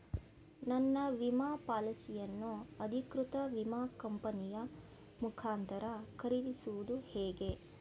ನನ್ನ ವಿಮಾ ಪಾಲಿಸಿಯನ್ನು ಅಧಿಕೃತ ವಿಮಾ ಕಂಪನಿಯ ಮುಖಾಂತರ ಖರೀದಿಸುವುದು ಹೇಗೆ?